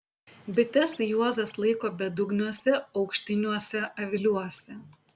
bites juozas laiko bedugniuose aukštiniuose aviliuose